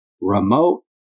remote